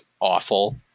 awful